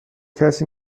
کسی